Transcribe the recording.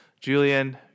Julian